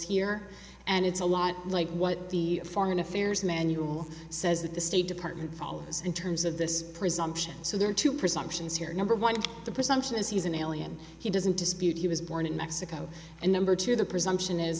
here and it's a lot like what the foreign affairs manual says that the state department follows in terms of this presumption so there are two presumptions here number one the presumption is he's an alien he doesn't dispute he was born in mexico and number two the presumption is